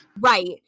right